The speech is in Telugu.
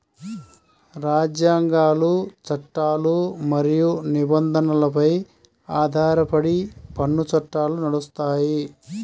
రాజ్యాంగాలు, చట్టాలు మరియు నిబంధనలపై ఆధారపడి పన్ను చట్టాలు నడుస్తాయి